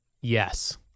yes